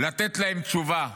לתת להן תשובה,